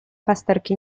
pasterki